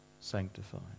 sanctified